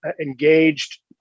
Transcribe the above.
engaged